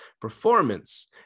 performance